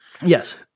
Yes